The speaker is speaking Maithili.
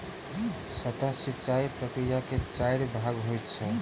सतह सिचाई प्रकिया के चाइर भाग होइत अछि